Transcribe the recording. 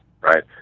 right